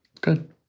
Good